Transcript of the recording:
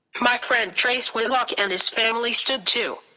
my friend tres whitlock and his family stood too.